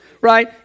right